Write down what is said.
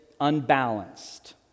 unbalanced